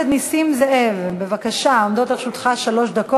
חברת הכנסת זהבה גלאון, אינה נוכחת,